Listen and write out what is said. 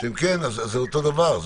כן זה אותו דבר.